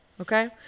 Okay